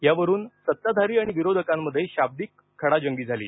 यावरून सत्ताधारी आणि विरोधकांमध्ये शाब्दिक खडाजंगी झाली